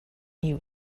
you